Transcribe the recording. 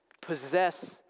possess